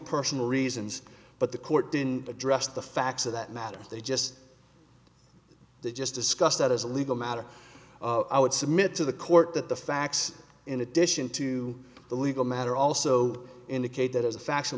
personal reasons but the court didn't address the facts of that matter they just just discussed that as a legal matter i would submit to the court that the facts in addition to the legal matter also indicate that as a fact